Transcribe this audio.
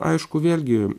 aišku vėlgi